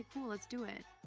cool. let's do it.